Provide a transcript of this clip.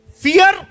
Fear